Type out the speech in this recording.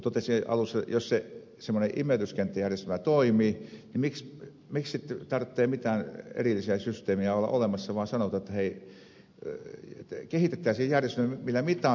niin kuin totesin alussa jos semmoinen imeytyskenttäjärjestelmä toimii miksi sitten tarvitsee mitään erillisiä systeemejä olla olemassa vaan sanotaan että hei kehitetään järjestelmä millä mitataan